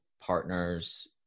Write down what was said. partners